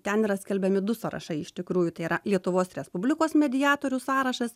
ten yra skelbiami du sąrašai iš tikrųjų tai yra lietuvos respublikos mediatorių sąrašas